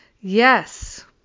Yes